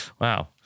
Wow